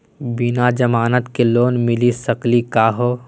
बिना जमानत के लोन मिली सकली का हो?